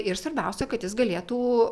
ir svarbiausia kad jis galėtų